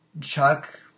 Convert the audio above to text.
Chuck